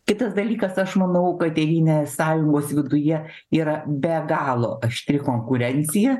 kitas dalykas aš manau kad tėvynės sąjungos viduje yra be galo aštri konkurencija